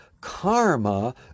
karma